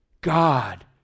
God